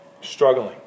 struggling